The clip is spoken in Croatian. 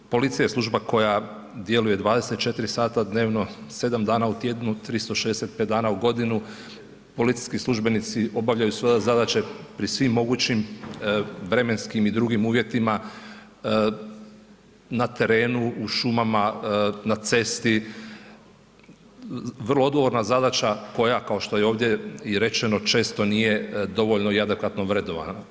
Policija je služba koja djeluje 24 sata dnevno, 7 dana u tjednu, 365 dana u godini, policijski službenici obavljaju svoje zadaće pri svim mogućim vremenskim i drugim uvjetima na terenu, u šumama, na cesti, vrlo odgovorna zadaća koja kao što je ovdje i rečeno, često nije dovoljno i adekvatno vrednovana.